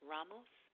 Ramos